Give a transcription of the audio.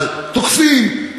אבל תוקפים,